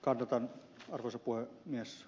odotan horsapua jos